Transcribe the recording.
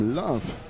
love